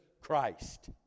Christ